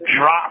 drop